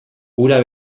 hura